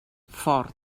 fort